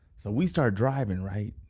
so we start driving, right?